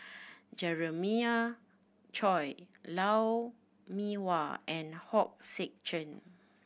Jeremiah Choy Lou Mee Wah and Hong Sek Chern